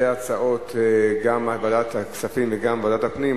גם לוועדת הכספים וגם לוועדת הפנים,